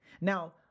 Now